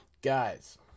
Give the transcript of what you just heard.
guys